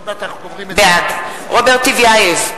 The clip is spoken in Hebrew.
בעד רוברט טיבייב,